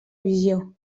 visió